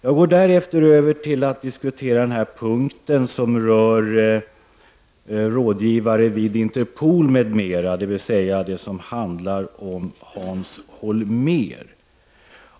Jag går sedan över till att diskutera den punkt som rör rådgivare vid Interpol m.m., dvs. det som handlar om Hans Holmér.